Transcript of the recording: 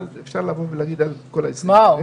אבל אפשר לבוא ולהגיד את זה על כל 20 השנים.